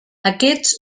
aquests